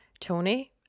Tony